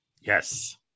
Yes